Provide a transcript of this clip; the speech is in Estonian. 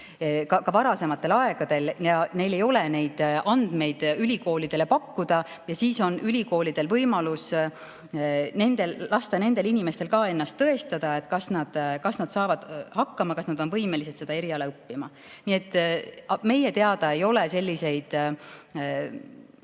varasematel aegadel ja neil ei ole neid andmeid ülikoolidele pakkuda. Siis on ülikoolidel võimalus lasta nendel inimestel ennast tõestada, kas nad saavad hakkama, kas nad on võimelised seda eriala õppima. Meie teada ei ole selliseid